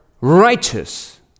righteous